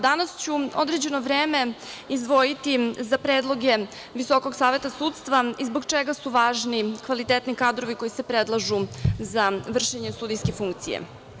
Danas ću određeno vreme izdvojiti za predloge VSS i zbog čega su važni kvalitetni kadrovi koji se predlažu za vršenje sudijske funkcije.